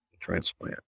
transplant